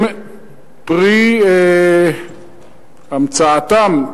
הם פרי המצאתם,